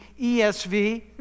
ESV